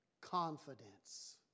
confidence